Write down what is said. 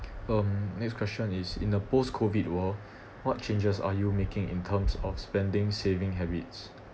um next question is in a post COVID world what changes are you making in terms of spending saving habits